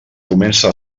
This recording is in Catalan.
comença